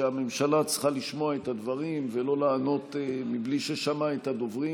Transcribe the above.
שהממשלה צריכה לשמוע את הדברים ולא לענות בלי ששמעה את הדוברים.